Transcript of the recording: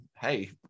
hey